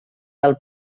del